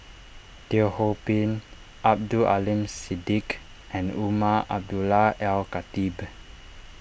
Teo Ho Pin Abdul Aleem Siddique and Umar Abdullah Al Khatib